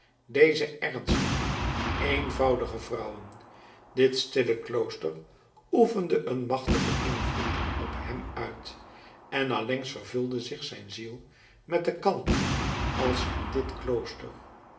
deze ernstige eenvoudige vrouwen dit stille klooster oefende een machtigen invloed op hem uit en allengs vervulde zich zijn ziel met de kalmte als van dit klooster